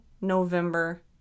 November